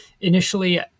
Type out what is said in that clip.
Initially